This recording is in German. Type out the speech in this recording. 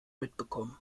mitbekommen